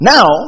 Now